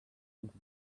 into